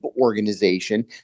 organization